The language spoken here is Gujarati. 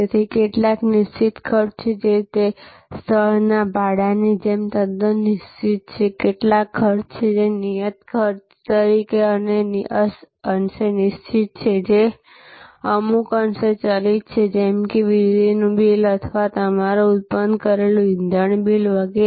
તેથી કેટલાક નિશ્ચિત ખર્ચ છે જે સ્થળના ભાડાની જેમ તદ્દન નિશ્ચિત છે કેટલાક ખર્ચ છે નિયત ખર્ચ કંઈક અંશે નિશ્ચિત છે જે અમુક અંશે ચલિત છે જેમ કે વીજળીનું બિલ અથવા તમારું ઉત્પન્ન કરેલું ઇંધણ બિલ વગેરે